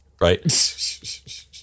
right